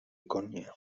konya